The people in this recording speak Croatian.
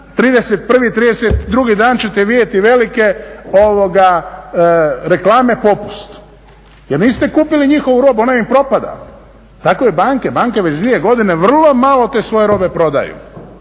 31., 32.dan ćete vidjeti velike reklame popust jer niste kupili njihovu robu, ona im propada. Tako i banke, banke već dvije godine vrlo malo te svoje robe prodaju